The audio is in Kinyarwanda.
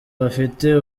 bafite